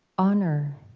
honor